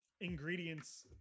ingredients